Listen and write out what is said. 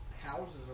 houses